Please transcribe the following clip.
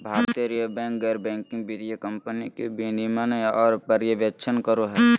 भारतीय reserve bank गैर banking वित्तीय कम्पनी के विनियमन आर पर्यवेक्षण करो हय